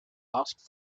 asked